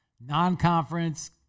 Non-conference